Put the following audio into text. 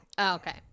Okay